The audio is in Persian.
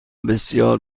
بسیار